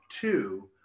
two